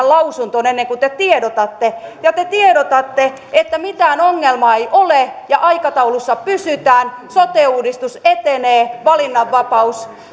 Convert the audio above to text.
lausuntoon ennen kuin te tiedotatte ja te tiedotatte että mitään ongelmaa ei ole ja aikataulussa pysytään sote uudistus etenee valinnanvapaus